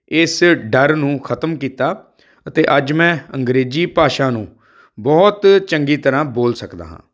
ਇਸ ਡਰ ਨੂੰ ਖ਼ਤਮ ਕੀਤਾ ਅਤੇ ਅੱਜ ਮੈਂ ਅੰਗਰੇਜ਼ੀ ਭਾਸ਼ਾ ਨੂੰ ਬਹੁਤ ਚੰਗੀ ਤਰ੍ਹਾਂ ਬੋਲ ਸਕਦਾ ਹਾਂ